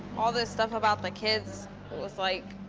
all this stuff about the kids was, like,